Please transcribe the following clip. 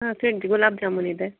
ಹಾಂ ತಿಂಡಿ ಗುಲಾಬ್ ಜಾಮೂನಿದೆ